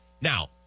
Now